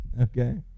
okay